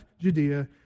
Judea